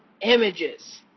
images